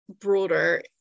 broader